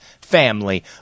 family